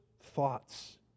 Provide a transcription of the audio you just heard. thoughts